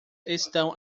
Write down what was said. estão